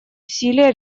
усилия